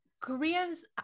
Koreans